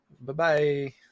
Bye-bye